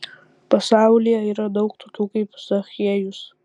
pasaulyje yra daug tokių kaip zachiejus